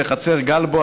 והחצר גל בו,